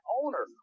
owner